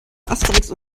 asterix